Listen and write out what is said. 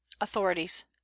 authorities